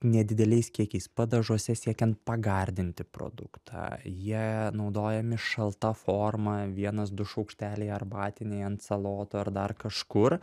nedideliais kiekiais padažuose siekiant pagardinti produktą jie naudojami šalta forma vienas du šaukšteliai arbatiniai ant salotų ar dar kažkur